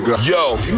Yo